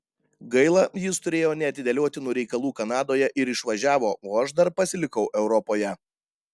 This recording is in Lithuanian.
gaila jis turėjo neatidėliotinų reikalų kanadoje ir išvažiavo o aš dar pasilikau europoje